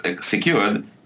secured